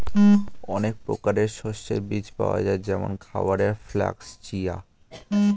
অনেক প্রকারের শস্যের বীজ পাওয়া যায় যেমন খাবারের ফ্লাক্স, চিয়া